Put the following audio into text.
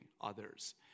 others